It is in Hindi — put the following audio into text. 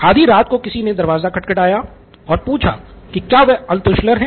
आधी रात को किसी ने दरवाज़ा खटखटाया और पूछा की क्या वह अल्त्शुलर है